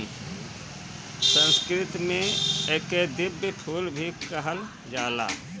संस्कृत में एके दिव्य फूल भी कहल जाला